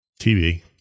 TV